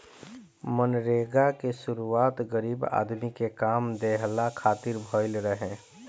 मनरेगा के शुरुआत गरीब आदमी के काम देहला खातिर भइल रहे